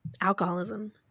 Alcoholism